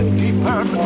deeper